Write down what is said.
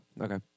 Okay